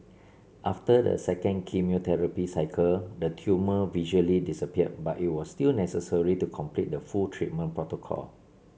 after the second chemotherapy cycle the tumour visually disappeared but it was still necessary to complete the full treatment protocol